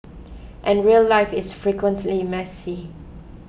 and real life is frequently messy